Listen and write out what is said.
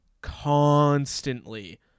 constantly